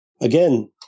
again